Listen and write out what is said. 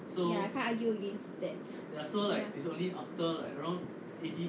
ya can't argue against that